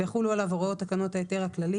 ויחולו עליו הוראות תקנות ההיתר הכללי